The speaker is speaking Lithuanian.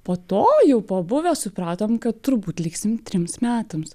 po to jau pabuvę supratom kad turbūt liksim trims metams